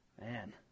Man